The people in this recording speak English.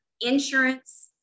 insurance